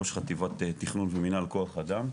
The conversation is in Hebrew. ראש חטיבת תכנון ומנהל כוח אדם.